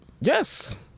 yes